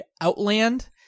Outland